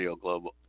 Global